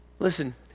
Listen